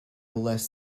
less